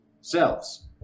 selves